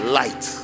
light